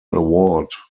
award